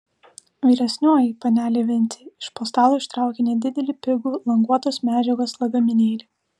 vyresnioji panelė vincė iš po stalo ištraukė nedidelį pigų languotos medžiagos lagaminėlį